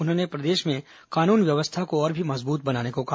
उन्होंने प्रदेश में कानून व्यवस्था को और भी मजबूत बनाने को कहा